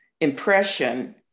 impression